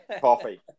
coffee